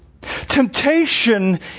Temptation